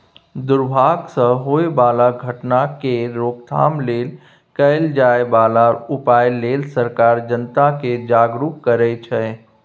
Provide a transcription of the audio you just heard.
दुर्भाग सँ होए बला घटना केर रोकथाम लेल कएल जाए बला उपाए लेल सरकार जनता केँ जागरुक करै छै